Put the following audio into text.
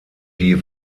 die